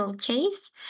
case